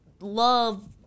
love